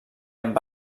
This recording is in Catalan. amb